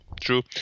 true